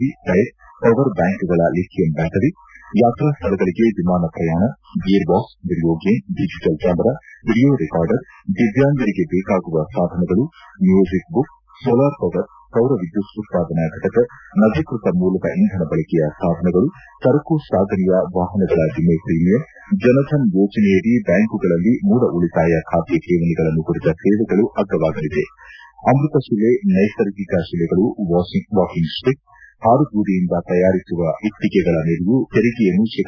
V tyre power ಬ್ವಾಂಕ್ಗಳ lithium battery ಯಾತ್ರಾ ಸ್ವಳಗಳಗೆ ವಿಮಾನ ಪ್ರಯಾಣ gear box video game digital camera video recorder ದಿವ್ಣಾಂಗರಿಗೆ ಬೇಕಾಗುವ ಸಾಧನಗಳು ಮ್ಯೂಸಿಕ್ ಬುಕ್ ಸೋಲಾರ್ ಪವರ್ ಸೌರ ವಿದ್ಯುತ್ ಉತ್ಪಾದನಾ ಫಟಕ ನವೀಕೃತ ಮೂಲದ ಇಂಧನ ಬಳಕೆಯ ಸಾಧನಗಳು ಸರಕು ಸಾಗಣೆಯ ವಾಹನಗಳ ವಿಮೆ ಪ್ರೀಮಿಯಂ ಜನ್ ಧನ್ ಯೋಜನೆಯಡಿ ಬ್ಲಾಂಕುಗಳಲ್ಲಿ ಮೂಲ ಉಳಿತಾಯ ಖಾತೆ ಕೇವಣೆಗಳನ್ನು ಕುರಿತ ಸೇವೆಗಳು ಅಗ್ಗವಾಗಲಿವೆ ಅಮೃತಶಿಲೆ ನೈಸರ್ಗಿಕ ಶಿಲೆಗಳು ವಾಕಿಂಗ್ ಸ್ಟಿಕ್ ಹಾರುಬೂದಿಯಿಂದ ತಯಾರಿಸುವ ಇಟ್ಟಗೆಗಳ ಮೇಲೆಯೂ ತೆರಿಗೆಯನ್ನು ಶೇ